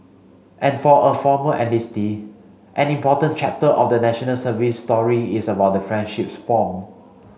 and for a former enlistee an important chapter of the National Service story is about the friendships formed